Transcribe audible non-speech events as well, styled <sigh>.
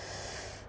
<breath>